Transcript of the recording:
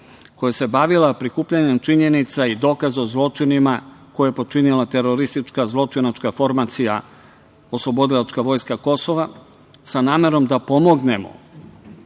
koja se bavila prikupljanjem činjenica i dokaza o zločinima koja je počinila teroristička zločinačka formacija „oslobodilačka vojska Kosova“, sa nemarom da pomognemo